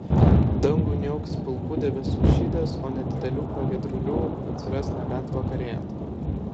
dangų niauks pilkų debesų šydas o nedidelių pragiedrulių atsiras nebent vakarėjant